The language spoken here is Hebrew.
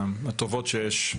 מהטובות שיש.